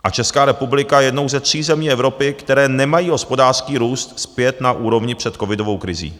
A Česká republika je jednou ze tří zemí Evropy, které nemají hospodářský růst zpět na úrovni před covidovou krizí.